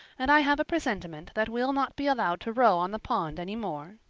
and i have a presentiment that we'll not be allowed to row on the pond any more.